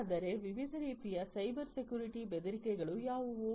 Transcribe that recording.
ಹಾಗಾದರೆ ವಿವಿಧ ರೀತಿಯ ಸೈಬರ್ ಸೆಕ್ಯುರಿಟಿ ಬೆದರಿಕೆಗಳು ಯಾವುವು